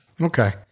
Okay